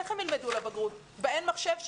איך הם ילמדו לבגרות באין מחשב?